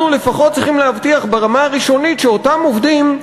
אנחנו לפחות צריכים להבטיח ברמה הראשונית שאותם עובדים,